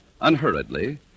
unhurriedly